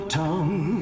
tongue